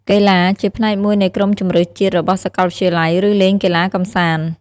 កីឡា ជាផ្នែកមួយនៃក្រុមជម្រើសជាតិរបស់សាកលវិទ្យាល័យ ឬលេងកីឡាកម្សាន្ត។